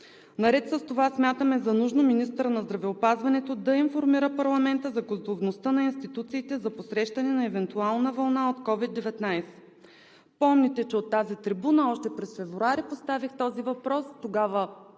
Наред с това смятаме за нужно министърът на здравеопазването да информира парламента за готовността на институциите за посрещане на евентуална вълна от COVID-19. Помните, че от тази трибуна още през месец февруари поставих този въпрос. Тогава